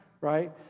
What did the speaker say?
right